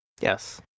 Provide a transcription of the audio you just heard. Yes